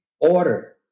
order